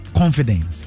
confidence